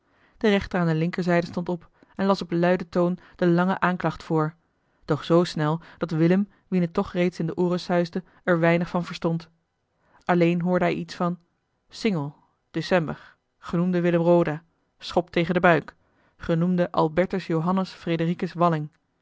de rechter aan de linkerzijde stond op en las op luiden toon de eli heimans willem roda lange aanklacht voor doch zoo snel dat willem wien het toch reeds in de ooren suisde er weinig van verstond alleen hoorde hij iets van singel december genoemde willem roda schop tegen den buik genoemde albertus johannes